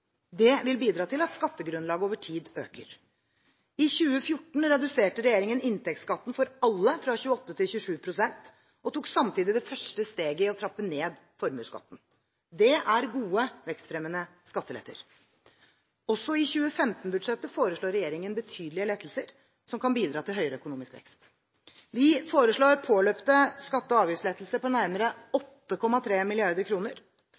vil bidra til at skattegrunnlaget over tid øker. I 2014 reduserte regjeringen inntektsskatten for alle fra 28 til 27 pst. og tok samtidig det første steget i å trappe ned formuesskatten. Dette er gode, vekstfremmende skatteletter. Også i 2015-budsjettet foreslår regjeringen betydelige lettelser som kan bidra til høyere økonomisk vekst. Vi foreslår påløpte skatte- og avgiftslettelser på nærmere